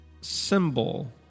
symbol